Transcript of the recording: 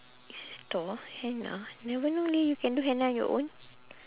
it's a store henna never know leh you can do henna on your own